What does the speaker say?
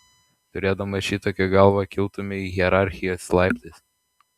turėdamas šitokią galvą kiltumei hierarchijos laiptais